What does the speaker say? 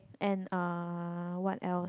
and uh what else